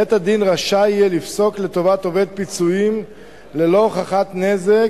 בית-הדין יהיה רשאי לפסוק לטובת עובד פיצויים ללא הוכחת נזק,